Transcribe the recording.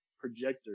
projector